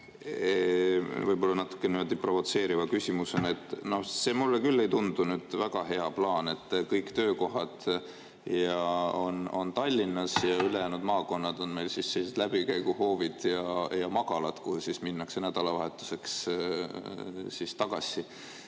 võib-olla natukene provotseeriva küsimusena. See mulle küll ei tundu väga hea plaan, et kõik töökohad on Tallinnas ja ülejäänud maakonnad on meil nagu läbikäiguhoovid ja magalad, kuhu minnakse nädalavahetuseks tagasi.